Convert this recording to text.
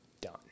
done